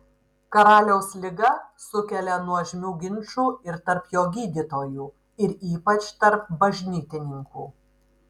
karaliaus liga sukelia nuožmių ginčų ir tarp jo gydytojų ir ypač tarp bažnytininkų